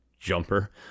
jumper